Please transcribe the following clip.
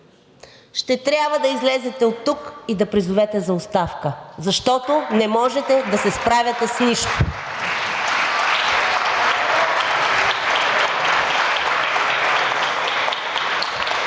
Ще трябва да излезете оттук и да призовете за оставка. Защото не можете да се справяте с нищо!